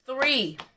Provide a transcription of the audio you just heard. Three